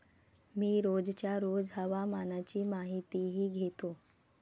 मी रोजच्या रोज हवामानाची माहितीही घेतो